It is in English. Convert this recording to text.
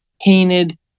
painted